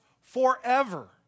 forever